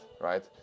right